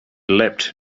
leapt